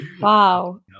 Wow